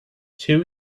two